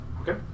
Okay